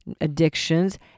addictions